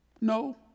No